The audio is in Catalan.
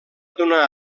donar